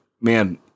man